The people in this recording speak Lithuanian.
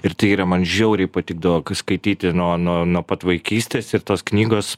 ir tai yra man žiauriai patikdavo skaityti nuo nuo nuo pat vaikystės ir tos knygos